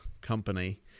company